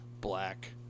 black